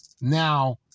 now